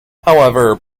however